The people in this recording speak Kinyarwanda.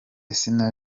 sina